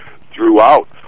throughout